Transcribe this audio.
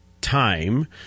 time